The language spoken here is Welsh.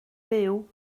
fyw